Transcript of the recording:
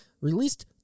released